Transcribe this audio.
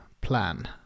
plan